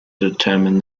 determine